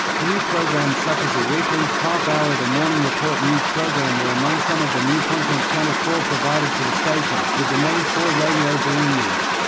new programmes such as the weekly, half-hour ah the morning report news programme were among some of the new content channel four provided for the station, with the name four radio being used.